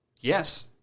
Yes